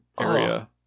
area